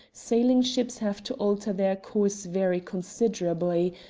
sailing ships have to alter their course very considerably,